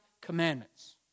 commandments